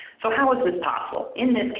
so how is this possible in this